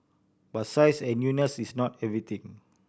but size and newness is not everything